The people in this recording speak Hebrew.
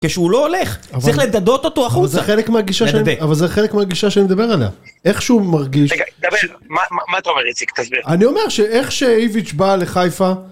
כשהוא לא הולך, צריך לדדות אותו החוצה. אבל זה חלק מהגישה שאני מדבר עליה. איכשהו מרגיש... קבל, מה אתה אומר, איציק, תסביר. אני אומר שאיך שאיוויץ' בא לחיפה...